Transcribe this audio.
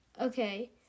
Okay